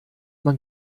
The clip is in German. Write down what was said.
man